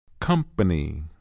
Company